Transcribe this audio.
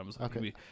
okay